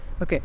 Okay